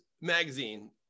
magazine